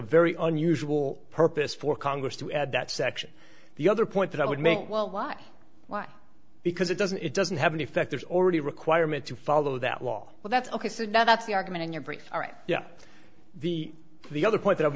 very unusual purpose for congress to add that section the other point that i would make well why why because it doesn't it doesn't have an effect there's already a requirement to follow that law well that's ok so that's the argument in your brief yeah the the other point